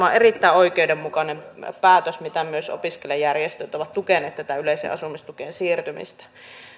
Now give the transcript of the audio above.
on erittäin oikeudenmukainen päätös mitä myös opiskelijajärjestöt ovat tukeneet tätä yleiseen asumistukeen siirtymistä